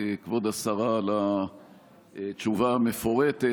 כבוד השרה, על התשובה המפורטת.